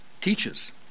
teaches